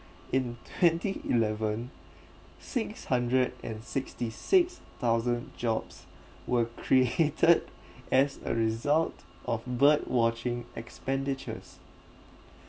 in twenty eleven six hundred and sixty six thousand jobs were created as a result of bird watching expenditures